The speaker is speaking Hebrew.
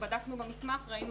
כשבדקנו במסמך, ראינו